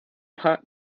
paar